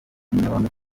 umunyamabanga